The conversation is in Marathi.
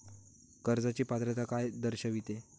कर्जाची पात्रता काय दर्शविते?